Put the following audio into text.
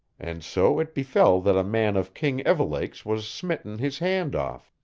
and so it befell that a man of king evelake's was smitten his hand off,